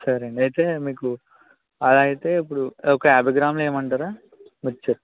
సరే అండి అయితే మీకు అలా అయితే ఇప్పుడు ఒక యాభై గ్రాములు వేయ్యమంటారా మిక్చర్